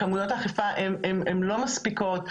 כמויות האכיפה הן לא מספיקות,